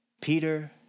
Peter